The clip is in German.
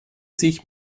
sich